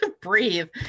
Breathe